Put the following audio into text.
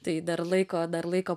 tai dar laiko dar laiko